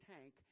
tank